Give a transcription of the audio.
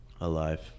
Alive